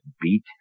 beat